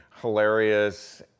hilarious